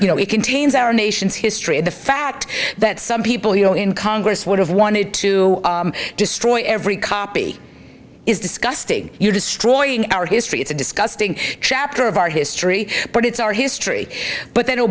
you know it contains our nation's history the fact that some people in congress would have wanted to destroy every copy is disgusting you're destroying our history it's a disgusting chapter of our history but it's our history but then